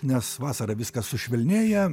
nes vasarą viskas sušvelnėja